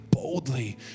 boldly